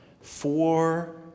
four